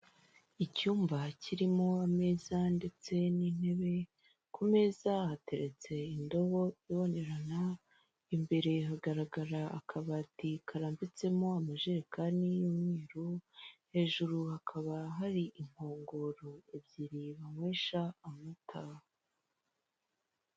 Icyumba kirimo ameza ndetse n'intebe ku meza hateretse indobo ibonerana, imbere hagaragara akabati karambitsemo amajerekani y'umweru, hejuru hakaba hari inkongoro ebyiri banywesha amata.